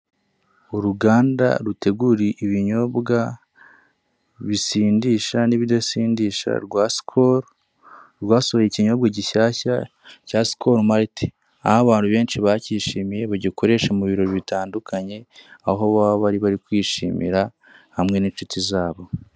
Uruganda rutegura ibinyobwa bisindisha n'ibidasindisha rwa Sikolo, rwasohoye ikinyobwa gishyashya cya Sikolo malite, aho abantu benshi bakishimiye bagikoresha mu birori bitandukanye, aho baba bari barikwishimira hamwe n'inshuti zabo.